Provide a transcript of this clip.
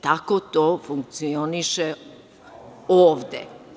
Tako to funkcioniše ovde.